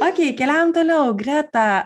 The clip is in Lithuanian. okei keliaujam toliau greta